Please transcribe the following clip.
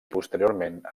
posteriorment